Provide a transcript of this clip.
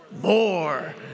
more